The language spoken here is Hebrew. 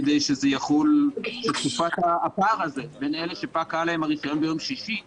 כדי שזה יחול בתקופת הפער הזאת בין אלה שפקע להם הרישיון ביום שישי